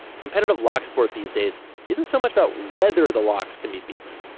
competitive lock sport these days isn't so much about whether the locks can be beaten,